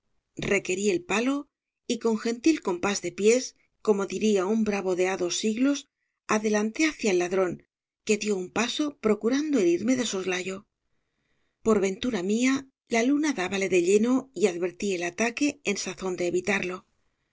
requerí el palo y con gentil compás de pies como diría un bravo de ha dos siglos adelanté hacia el ladrón que dio un paso procurando herirme de soslayo por ventura mía la luna dábale de lleno y advertí el ataque en sazón de evitarlo